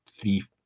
three